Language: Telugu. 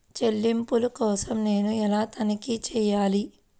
చెల్లింపుల కోసం నేను ఎలా తనిఖీ చేయాలి?